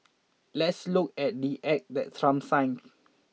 let's look at the act that Trump signed